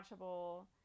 watchable